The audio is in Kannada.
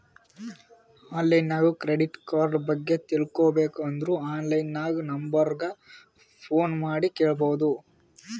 ಆನ್ಲೈನ್ ನಾಗ್ ಕ್ರೆಡಿಟ್ ಕಾರ್ಡ ಬಗ್ಗೆ ತಿಳ್ಕೋಬೇಕ್ ಅಂದುರ್ ಆನ್ಲೈನ್ ನಾಗ್ ನಂಬರ್ ಗ ಫೋನ್ ಮಾಡಿ ಕೇಳ್ಬೋದು